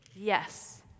yes